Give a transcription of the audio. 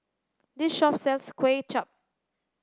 this shop sells kway chap